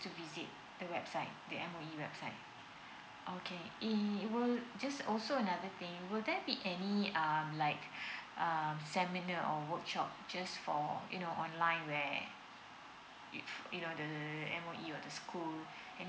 to visit the website the M_O_E website